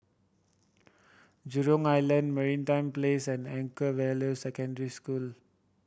Jurong Island Martin Place and Anchorvale Secondary School